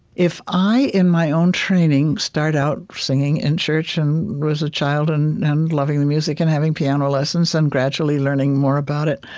if i, in my own training, start out singing in church, and was a child, and and loving the music, and having piano lessons, and gradually learning more about it,